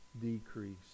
decrease